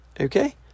Okay